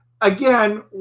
Again